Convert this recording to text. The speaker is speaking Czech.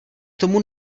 tomu